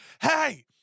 Hey